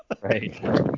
Right